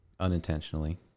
unintentionally